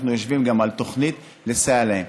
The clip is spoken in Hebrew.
אנחנו יושבים גם על תוכנית לסייע להם.